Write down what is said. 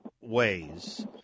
ways